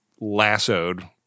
lassoed